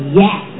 yes